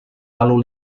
lalu